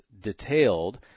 detailed